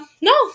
no